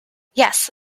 yes